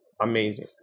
Amazing